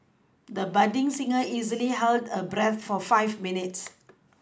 the budding singer easily held her breath for five minutes